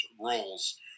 roles